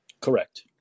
Correct